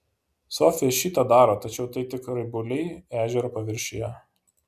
sofija šį tą daro tačiau tai tik raibuliai ežero paviršiuje